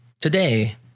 Today